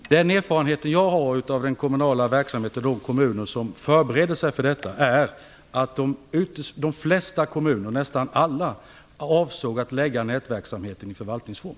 Fru talman! Den erfarenhet jag har av den kommunala verksamheten i de kommuner som förbereder sig för detta är att de flesta kommuner, nästan alla, avser att bedriva nätverksamheten i förvaltningsform.